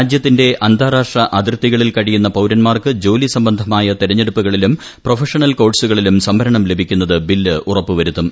രാജ്യത്തിന്റെ അന്താരാഷ്ട്ര അതിർത്തികളിൽ കഴിയുന്ന പൌരന്മാർക്ക് ജോലി സംബന്ധമായ തെരഞ്ഞെടുപ്പുകളിലും പ്രൊഫഷണൽ കോഴ്സുകളിലും സംവരണം ലഭിക്കുന്നത് ബിൽ ഉറപ്പു വരുത്തും